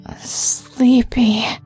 Sleepy